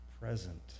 present